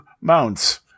mounts